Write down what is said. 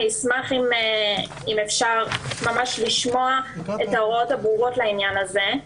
אני אשמח אם אפשר לשמוע את ההוראות הברורות לעניין הזה.